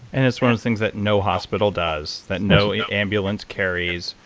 and it's one of the things that no hospital does, that no ambulance carries.